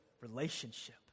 relationship